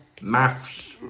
Maths